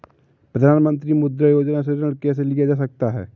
प्रधानमंत्री मुद्रा योजना से ऋण कैसे लिया जा सकता है?